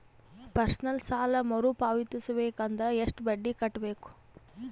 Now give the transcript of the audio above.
Personal ಸಾಲ ಮರು ಪಾವತಿಸಬೇಕಂದರ ಎಷ್ಟ ಬಡ್ಡಿ ಕಟ್ಟಬೇಕು?